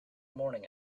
morning